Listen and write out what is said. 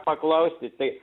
paklausti tai